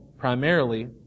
primarily